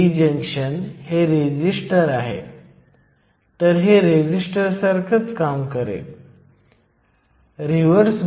71 ने वर सरकत आहे जेणेकरुन ते लाइन अप होतील असा विचार करू शकतो